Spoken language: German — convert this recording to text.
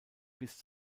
bis